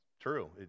true